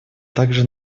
также